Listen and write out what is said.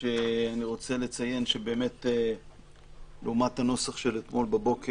שאני רוצה לציין שבאמת לעומת הנוסח של אתמול בבוקר,